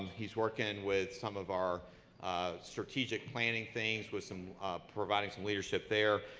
he's working with some of our um strategic planning things with some providing some leadership there.